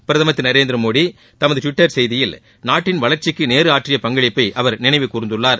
பிரதமா் திரு நரேந்திரமோடி தமது டுவிட்டர் செய்தியில் நாட்டின் வளர்ச்சிக்கு நேரு ஆற்றிய பங்களிப்பை அவர் நினைவு கூர்ந்துள்ளார்